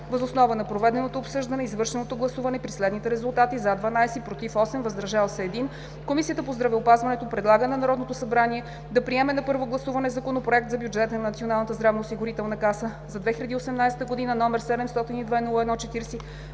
Въз основа на проведеното обсъждане и извършеното гласуване при следните резултати „за” – 12, „против” – 8, „въздържал се” – 1, Комисията по здравеопазването предлага на Народното събрание да приеме на първо гласуване Законопроект за бюджета на Националната здравноосигурителна